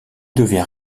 devient